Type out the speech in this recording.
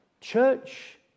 church